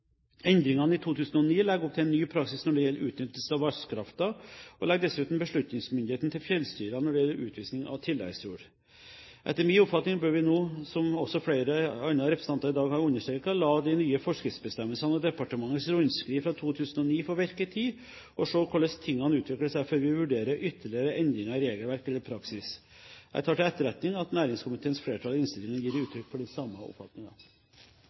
Endringene i 2009 legger opp til en ny praksis når det gjelder utnyttelsen av vannkraften, og legger dessuten beslutningsmyndigheten til fjellstyrene når det gjelder utvisning av tilleggsjord. Etter min oppfatning bør vi nå – som også flere representanter i dag har understreket – la de nye forskriftsbestemmelsene og departementets rundskriv fra 2009 få virke en tid og se hvorledes tingene utvikler seg, før vi vurderer ytterligere endringer i regelverk eller praksis. Jeg tar til etterretning at næringskomiteens flertall i innstillingen gir uttrykk for den samme oppfatningen.